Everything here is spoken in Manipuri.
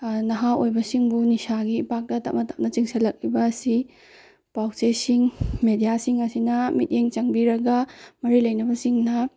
ꯅꯍꯥ ꯑꯣꯏꯕꯁꯤꯡꯕꯨ ꯅꯤꯁꯥꯒꯤ ꯏꯄꯥꯛꯇ ꯇꯞꯅ ꯇꯞꯅ ꯆꯤꯡꯁꯤꯜ ꯂꯛꯂꯤꯕ ꯑꯁꯤ ꯄꯥꯎꯆꯦꯁꯤꯡ ꯃꯦꯗꯤꯌꯥꯁꯤꯡ ꯑꯁꯤꯅ ꯃꯤꯠꯌꯦꯡ ꯆꯪꯕꯤꯔꯒ ꯃꯔꯤ ꯂꯩꯅꯕꯁꯤꯡꯅ